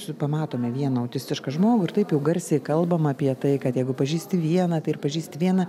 su pamatome vieną autistišką žmogų ir taip jau garsiai kalbam apie tai kad jeigu pažįsti vieną tai ir pažįsti vieną